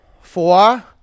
Four